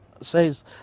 says